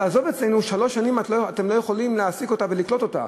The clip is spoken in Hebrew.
שלוש שנים אתם לא יכולים להעסיק אותה ולקלוט אותה,